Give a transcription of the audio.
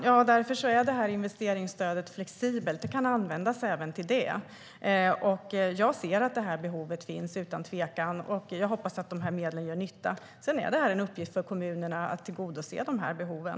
Herr talman! Det är därför investeringsstödet är flexibelt. Det kan användas även till detta. Jag ser att behovet finns, utan tvekan, och jag hoppas att medlen gör nytta. Sedan är det en uppgift för kommunerna att tillgodose behoven.